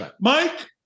Mike